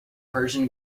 persian